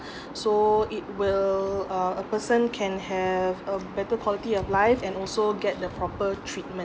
so it will uh a person can have a better quality of life and also get the proper treatment